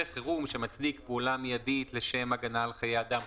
חירום שמצדיק פעולה מיידית לשם הגנה על חיי אדם,